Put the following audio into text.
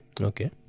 Okay